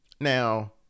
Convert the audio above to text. Now